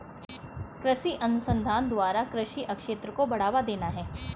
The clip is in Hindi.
कृषि अनुसंधान द्वारा कृषि क्षेत्र को बढ़ावा देना है